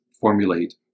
formulate